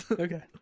okay